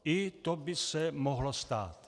I to by se mohlo stát.